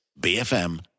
BFM